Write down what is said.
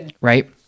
right